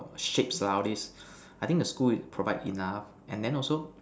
shapes lah all these I think the school is provide enough and then also